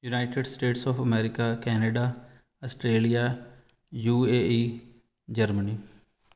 United States of America Canada Australia U A E Germany